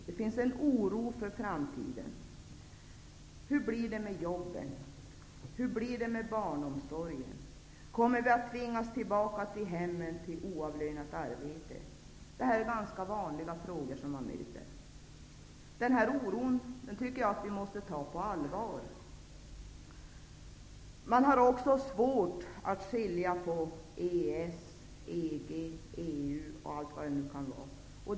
Det finns en oro för framtiden. Hur blir det med jobben? Hur blir det med barnomsorgen? Kommer vi att tvingas tillbaka till hemmen till oavlönat arbete? Det är ganska vanliga frågor som man möter. Den oron tycker jag att vi måste ta på allvar. Man har också svårt att skilja på EES, EG, EU och allt vad det nu kan vara.